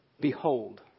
Behold